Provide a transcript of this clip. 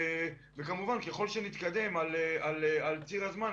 כמובן ככל שנתקדם על ציר הזמן,